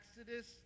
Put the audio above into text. Exodus